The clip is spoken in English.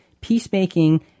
peacemaking